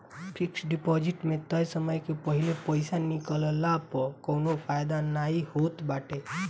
fix deposit में तय समय के पहिले पईसा निकलला पअ कवनो फायदा नाइ होत बाटे